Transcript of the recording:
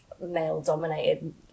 male-dominated